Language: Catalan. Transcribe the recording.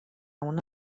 una